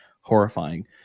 horrifying